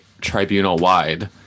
tribunal-wide